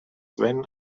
ven